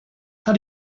how